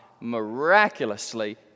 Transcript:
miraculously